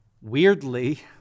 weirdly